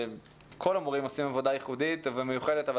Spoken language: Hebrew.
כל המורים עושים עבודה ייחודית ומיוחדת אבל